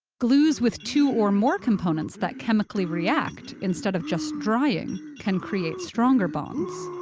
glues with two or more components that chemically react instead of just drying can create stronger bonds.